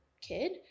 kid